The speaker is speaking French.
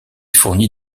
fournit